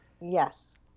Yes